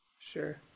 Sure